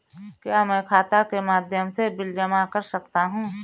क्या मैं खाता के माध्यम से बिल जमा कर सकता हूँ?